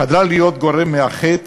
חדלה להיות גורם מאחד,